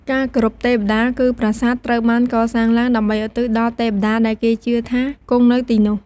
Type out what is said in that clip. ការគោរពទេវតា គឺ ប្រាសាទ ត្រូវបានកសាងឡើងដើម្បីឧទ្ទិសដល់ទេវតា ដែលគេជឿថាគង់នៅទីនោះ។